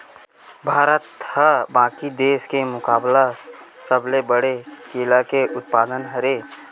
भारत हा बाकि देस के मुकाबला सबले बड़े केला के उत्पादक हरे